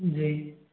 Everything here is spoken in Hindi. जी